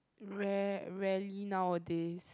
rare~ rarely nowadays